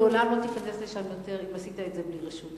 לעולם לא תיכנס לשם יותר אם עשית את זה בלי רשות.